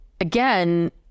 again